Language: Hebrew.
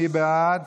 מי בעד?